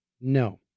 No